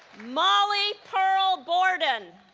molly pearl borden